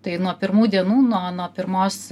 tai nuo pirmų dienų nuo nuo pirmos